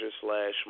slash